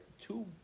two